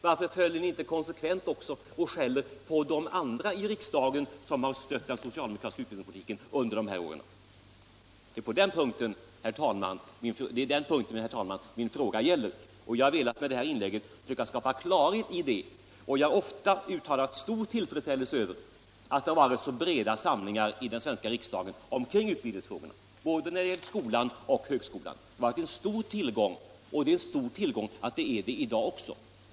Varför är ni inte konsekvent och skäller också på de andra i riksdagen som har stött den socialdemokratiska utbildningspolitiken under de här åren? Det är den punkten min fråga gäller, och jag har med mitt inlägg velat försöka skapa klarhet i det. Jag har ofta uttalat stor tillfredsställelse över att det i den svenska riksdagen har varit en så bred samling omkring utbildningsfrågorna när det gällt både skolan och högskolan. Det har varit en stor tillgång, och det är en stor tillgång att den breda enigheten finns i dag också.